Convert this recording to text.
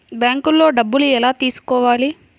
బ్యాంక్లో డబ్బులు ఎలా తీసుకోవాలి?